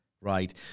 right